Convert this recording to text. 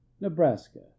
Nebraska